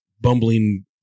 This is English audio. bumbling